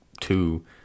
two